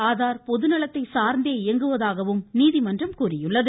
ஆதார் பொதுநலத்தை சார்ந்தே இயங்குவதாகவும் நீதிமன்றம் தெரிவித்துள்ளது